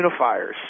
unifiers